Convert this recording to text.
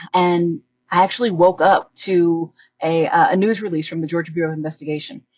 and i actually woke up to a ah news release from the georgia bureau of investigation.